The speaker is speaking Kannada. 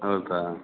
ಹೌದಾ